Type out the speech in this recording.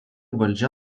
valdžia